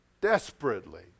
desperately